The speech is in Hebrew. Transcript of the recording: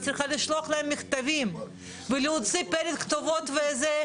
הייתה צריכה לשלוח להם מכתבים ולהוציא פרק כתובות וזה,